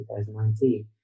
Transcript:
2019